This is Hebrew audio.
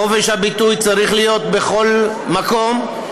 חופש הביטוי צריך להיות בכל מקום,